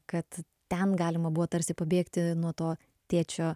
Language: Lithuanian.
kad ten galima buvo tarsi pabėgti nuo to tėčio